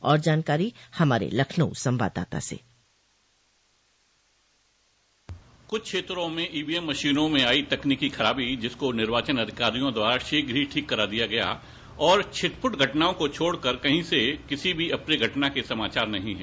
और जानकारी हमारे लखनऊ संवाददाता से कुछ क्षेत्रों में ईवीएम मशीनों में आई तकनीकी खराबी जिसको निर्वाचन अधिकारियों द्वारा शीघ्र ही ठीक करा दिया गया और छिटपुट घटनाओं को छोड़कर कहीं से भी किसी अप्रिय घटना के समाचार नहीं है